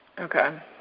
okay.